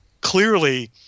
Clearly